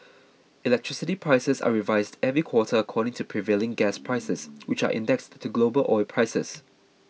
electricity prices are revised every quarter according to prevailing gas prices which are indexed to global oil prices